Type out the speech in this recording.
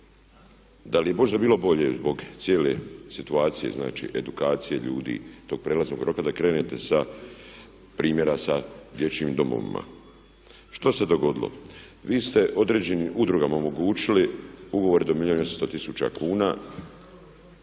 Da li je možda bilo bolje zbog cijele situacije, znači edukacije ljudi, tog prijelaznog roka da krenete npr. sa dječjim domovima? Što se dogodilo? Vi ste određenim udrugama omogućili ugovor do milijun i 800 tisuća kuna,